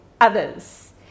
others